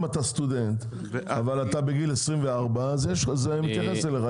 אם אתה סטודנט אבל אתה בגיל 24, זה מתייחס אליך.